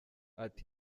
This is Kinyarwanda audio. ati